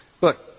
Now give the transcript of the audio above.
Look